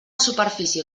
superfície